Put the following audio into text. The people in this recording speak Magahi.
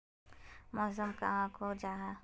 मौसम कहाक को जाहा?